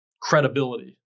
credibility